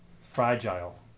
fragile